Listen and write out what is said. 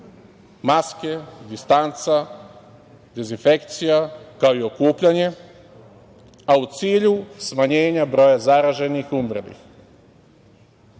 maske, distanca, dezinfekcija, kao i okupljanje, a u cilju smanjenja broja zaraženih i